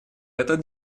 этот